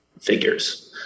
figures